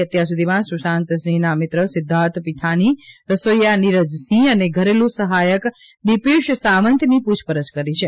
એ અત્યાર સુધી સુશાંતસિંહના મિત્ર સિધ્ધાર્થ પિથાની રસોઈયા નીરજ સિંહ અને ધરેલુ સહાયક દિપેશ સાવંતની પૂછપરછ કરી છે